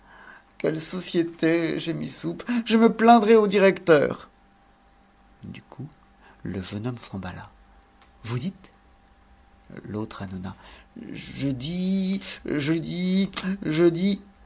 quelle société gémit soupe je me plaindrai au directeur du coup le jeune homme s'emballa vous dites l'autre ânonna je dis je dis je dis